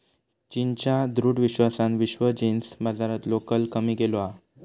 चीनच्या दृढ विश्वासान विश्व जींस बाजारातलो कल कमी केलो हा